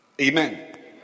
Amen